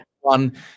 one